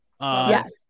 Yes